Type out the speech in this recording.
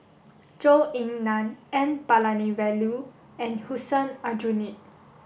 Zhou Ying Nan N Palanivelu and Hussein Aljunied